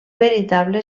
veritable